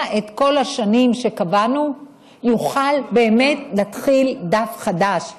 את כל השנים שקבענו יוכל באמת להתחיל דף חדש,